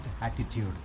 attitude